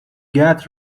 got